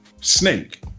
Snake